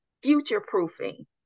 future-proofing